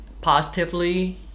positively